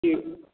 कि